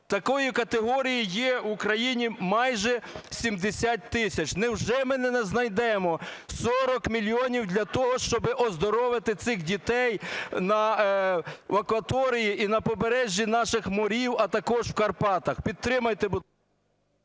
Такої категорії є у країні майже 70 тисяч. Невже ми не знайдемо 40 мільйонів для того, щоби оздоровити цих дітей в акваторії і на побережжі наших морів, а також в Карпатах? Підтримайте, будь ласка.